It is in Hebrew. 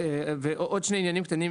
עוד שני עניינים קטנים,